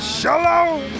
shalom